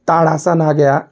ताड़ासन आ गया